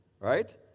Right